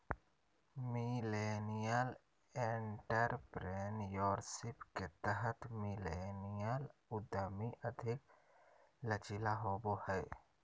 millennial entrepreneurship के तहत millennial उधमी अधिक लचीला होबो हय